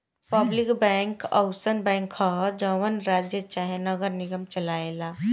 public bank अउसन bank ह जवन राज्य चाहे नगर निगम चलाए ला